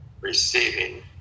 receiving